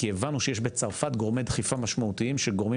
כי הבנו שיש בצרפת גורמי דחיפה משמעותיים שגורמים